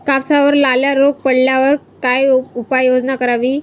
कापसावर लाल्या रोग पडल्यावर काय उपाययोजना करावी?